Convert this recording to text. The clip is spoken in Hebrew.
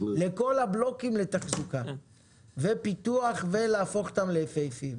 לכל הבלוקים לתחזוקה ופיתוח ולהפוך אותם ליפהפיים.